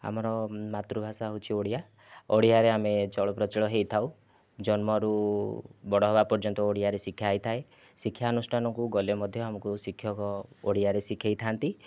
ଆମର ମାତୃଭାଷା ହେଉଛି ଓଡ଼ିଆ ଓଡ଼ିଆରେ ଆମେ ଚଳପ୍ରଚଳ ହୋଇଥାଉ ଜନ୍ମରୁ ବଡ଼ ହେବା ପର୍ଯ୍ୟନ୍ତ ଓଡ଼ିଆରେ ଶିଖା ହୋଇଥାଏ ଶିକ୍ଷାନୁଷ୍ଠାନକୁ ଗଲେ ମଧ୍ୟ ଆମକୁ ଶିକ୍ଷକ ଓଡ଼ିଆରେ ଶିଖେଇଥାନ୍ତି